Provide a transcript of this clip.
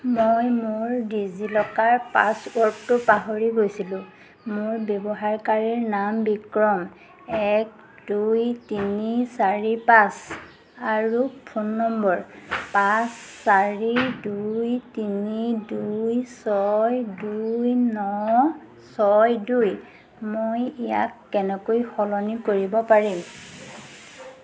মই মোৰ ডিজিলকাৰ পাছৱৰ্ডটো পাহৰি গৈছিলোঁ মোৰ ব্যৱহাৰকাৰীৰ নাম বিক্ৰম এক দুই তিনি চাৰি পাঁচ আৰু ফোন নম্বৰ পাঁচ চাৰি দুই তিনি দুই ছয় দুই ন ছয় দুই মই ইয়াক কেনেকৈ সলনি কৰিব পাৰিম